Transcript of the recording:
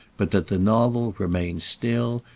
but that the novel remains still,